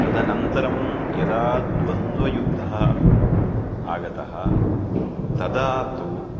तदनन्तरं यदा द्वन्द्वयुद्धः आगतः तदा तु